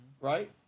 right